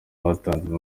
batanze